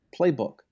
playbook